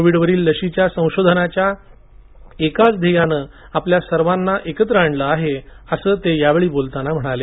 Covid वरील लशीच्या संशोधनाच्या एकाच ध्येयानं आपल्या सर्वांना एकत्र आणलं आहे असं ते म्हणाले